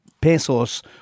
Pesos